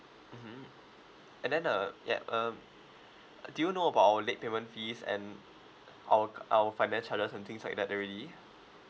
mmhmm and then uh yup um do you know about our late payment fees and our our finance charges and things like that already